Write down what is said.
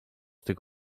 tych